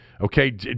Okay